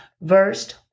Verse